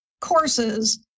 courses